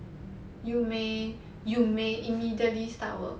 you may you may immediately start work